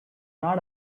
not